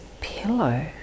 pillow